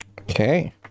Okay